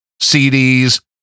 CDs